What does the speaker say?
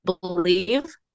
believe